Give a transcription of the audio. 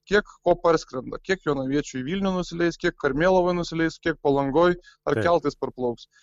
kiek ko parskrenda kiek jonaviečių į vilnių nusileis kiek karmėlavoj nusileis kiek palangoj ar keltais parplauks